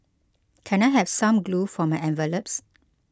can I have some glue for my envelopes